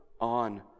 on